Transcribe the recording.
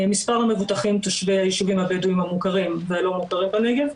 מספר המבוטחים תושבי הישובים הבדואים המוכרים והלא מוכרים בנגב,